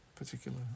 particular